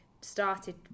Started